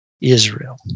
Israel